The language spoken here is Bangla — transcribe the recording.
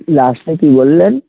লাস্টে কি বললেন